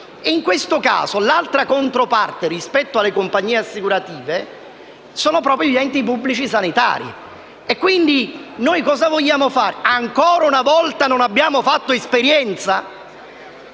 In questo caso la controparte rispetto alle compagnie assicurative sono gli enti pubblici sanitari. Quindi noi cosa vogliamo fare? Ancora una volta non abbiamo fatto esperienza?